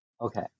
okay